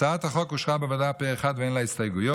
הצעת החוק אושרה בוועדה פה אחד ואין לה הסתייגויות.